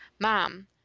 Mom